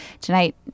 tonight